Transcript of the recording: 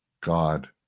God